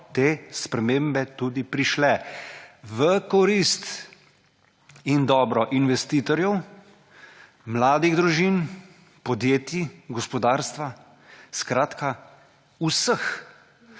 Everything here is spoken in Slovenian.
te spremembe tudi prišle v korist in dobro investitorjev, mladih družin, podjetij, gospodarstva, skratka vseh.